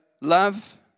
love